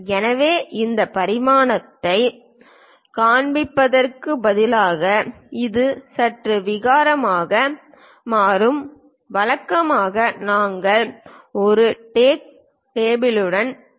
எனவே இந்த பரிமாணங்களைக் காண்பிப்பதற்குப் பதிலாக இது சற்று விகாரமாக மாறும் வழக்கமாக நாங்கள் ஒரு டேக் டேபிளுடன் செல்கிறோம்